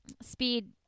speed